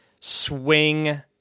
swing